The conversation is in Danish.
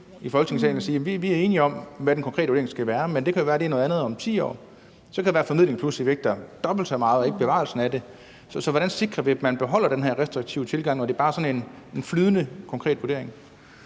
i Folketingssalen og sige, at vi er enige om, hvad den konkrete vurdering skal være, men det kan jo være, det er noget andet om 10 år. Så kan det være, at formidlingen pludselig vægter dobbelt så meget og ikke bevarelsen af det. Så hvordan sikrer vi, at man beholder den her restriktive tilgang, når det bare er sådan en flydende konkret vurdering?